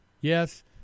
Yes